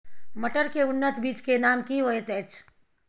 मटर के उन्नत बीज के नाम की होयत ऐछ?